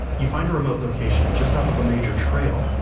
you find a remote location just off of a major trail,